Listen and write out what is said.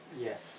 Yes